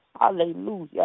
hallelujah